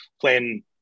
playing